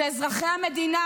אלה אזרחי המדינה.